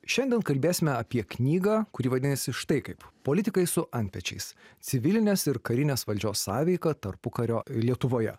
šiandien kalbėsime apie knygą kuri vadinasi štai kaip politikai su antpečiais civilinės ir karinės valdžios sąveika tarpukario lietuvoje